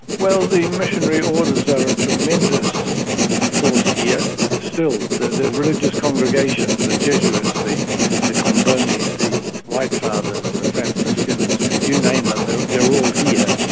well, the missionary orders are a tremendous force here still. the the religious congregations, the jesuits, the the combonis, the white fathers, the franciscans, you name them, they are all here.